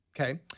Okay